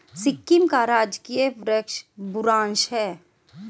सिक्किम का राजकीय वृक्ष बुरांश है